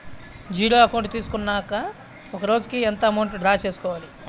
Zero account తీసుకున్నాక ఒక రోజుకి ఎంత అమౌంట్ డ్రా చేసుకోవాలి?